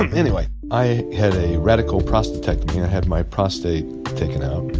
um anyway, i had a radical prostatectomy. i had my prostate taken out.